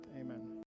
amen